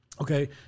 Okay